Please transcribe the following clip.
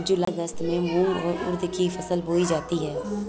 जूलाई अगस्त में मूंग और उर्द की फसल बोई जाती है